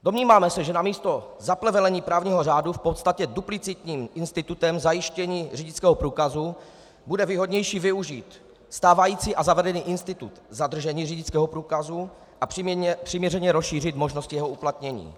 Domníváme se, že namísto zaplevelení právního řádu v podstatě duplicitním institutem zajištění řidičského průkazu bude výhodnější využít stávající a zavedený institut zadržení řidičského průkazu a přiměřeně rozšířit možnosti jeho uplatnění.